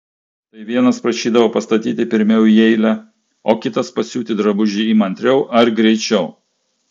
tai vienas prašydavo pastatyti pirmiau į eilę o kitas pasiūti drabužį įmantriau ar greičiau